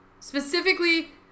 Specifically